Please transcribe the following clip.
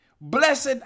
blessed